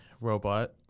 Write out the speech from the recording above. Robot